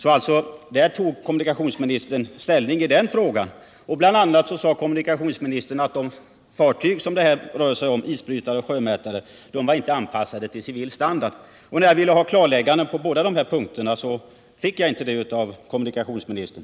I den frågan tog kommunikationsministern ställning. Bl. a. sade han också att de fartyg som det här rör sig om — isbrytare och sjömätningsfartyg — inte är anpassade till civil standard, men när jag ville ha närmare klarläggande på båda punkterna fick jag inte det av kommunikationsministern.